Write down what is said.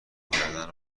گردن